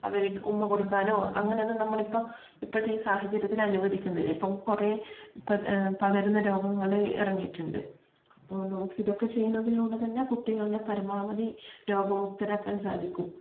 അവരെ ഉമ്മ കൊടുക്കാനോ അങ്ങനൊന്നും നമ്മളിപ്പം ഇപ്പഴത്തെ ഈ സാഹചര്യത്തില് അനുവദിക്കുന്നില്ല ഇപ്പം കുറെ ഇപ്പത്ത പകരുന്ന രോഗങ്ങള് ഇറങ്ങിയിട്ടുണ്ട് അപ്പോൾ നമുക്ക് ഇതൊക്കെ ചെയ്യുന്നതിലൂടെ തന്നെ കുട്ടികളെ പരമാവധി രോഗമുക്തരാക്കാൻ സാധിക്കും